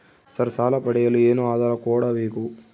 Sir ಸಾಲ ಪಡೆಯಲು ಏನು ಆಧಾರ ಕೋಡಬೇಕು?